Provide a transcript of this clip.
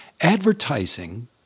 Advertising